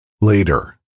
Later